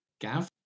Gav